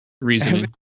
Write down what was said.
reasoning